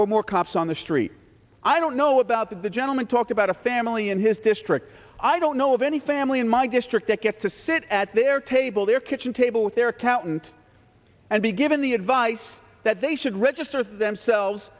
or more cops on the street i don't know about that the gentleman talked about a family in his district i don't know of any family in my district that gets to sit at their table their kitchen table with their accountant and be given the advice that they should register themselves